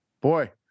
boy